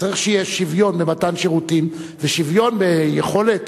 צריך שיהיה שוויון במתן שירותים ושוויון ביכולת